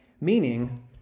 Meaning